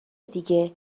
دیگه